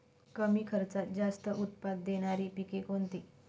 कमी खर्चात जास्त उत्पाद देणारी पिके कोणती?